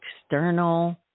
external